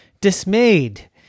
dismayed